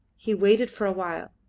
he waited for a while,